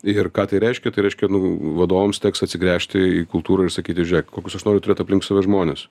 ir ką tai reiškia tai reiškia vadovams teks atsigręžti į kultūrą ir sakyti žiūrėk koks aš noriu turėt aplink save žmones